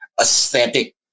aesthetic